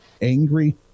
angry